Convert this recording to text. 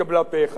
היה באוביטר,